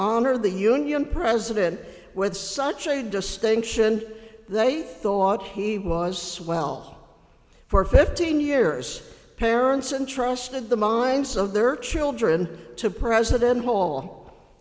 honor the union president with such a distinction they thought he was swell for fifteen years parents and trusted the minds of their children to president